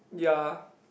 ya